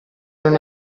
non